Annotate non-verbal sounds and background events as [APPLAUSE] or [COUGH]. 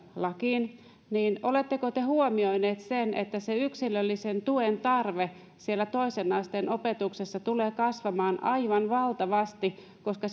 lakiin niin oletteko te huomioineet sen että se yksilöllisen tuen tarve siellä toisen asteen opetuksessa tulee kasvamaan aivan valtavasti koska [UNINTELLIGIBLE]